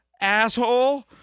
Asshole